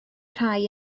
rhai